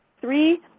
three